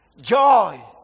Joy